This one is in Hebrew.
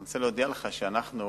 אני רוצה להודיע לך שאנחנו